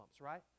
right